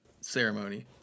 ceremony